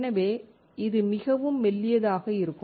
எனவே இது மிகவும் மெல்லியதாக இருக்கும்